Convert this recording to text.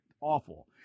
awful